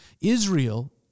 Israel